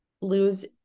lose